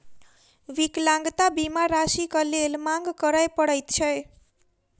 विकलांगता बीमा राशिक लेल मांग करय पड़ैत छै